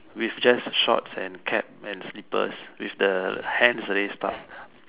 with just shorts and cap and slippers with the hand on his park